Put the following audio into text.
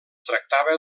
tractava